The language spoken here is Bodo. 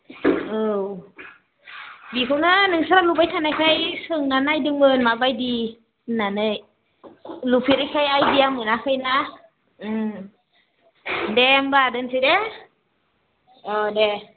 औ बिखौनो नोंसोर लुबाय थानायखाय सोंना नायदोंमोन माबायदि होननानै लुफेरिखाय आइडिया मोनाखैना दे होमब्ला दोनसै दे अ दे